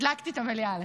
הדלקתי את המליאה עליך.